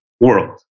world